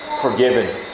Forgiven